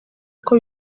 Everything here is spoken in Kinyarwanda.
kuko